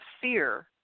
fear